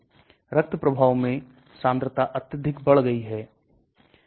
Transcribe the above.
इसको colon में bacteria द्वारा दो भागों में तोड़ दिया जाना चाहिए